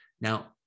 Now